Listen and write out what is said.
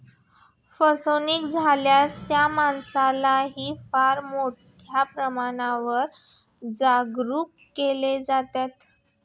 फसवणूक झाल्यास त्या माणसालाही फार मोठ्या प्रमाणावर जागरूक केले जाते